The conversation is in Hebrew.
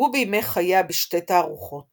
הוצגו בימי חייה בשתי תערוכות